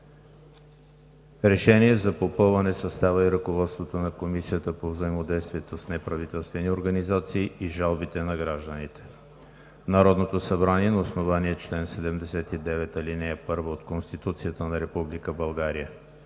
РЕШЕНИЕ за попълване състава и ръководството на Комисията по взаимодействието с неправителствените организации и жалбите на гражданите Народното събрание на основание чл. 79, ал. 1 от Конституцията на Република България